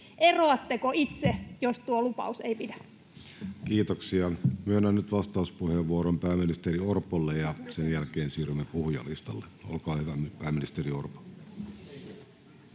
eroatteko itse, jos tuo lupaus ei pidä? Kiitoksia. — Myönnän nyt vastauspuheenvuoron pääministeri Orpolle, ja sen jälkeen siirrymme puhujalistalle. — Olkaa hyvä, pääministeri Orpo.